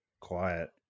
quiet